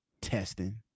testing